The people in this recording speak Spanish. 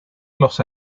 los